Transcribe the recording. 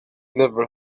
never